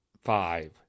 five